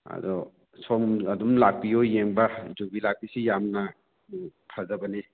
ꯑꯗꯣ ꯁꯣꯝ ꯑꯗꯨꯝ ꯂꯥꯛꯄꯤꯌꯨ ꯌꯦꯡꯕ ꯌꯨꯕꯤ ꯂꯥꯛꯄꯤꯁꯤ ꯌꯥꯝꯅ ꯐꯖꯕꯅꯤ